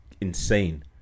insane